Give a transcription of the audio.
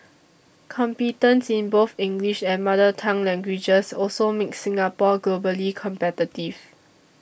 competence in both English and mother tongue languages also makes Singapore globally competitive